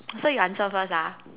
so you answer first ah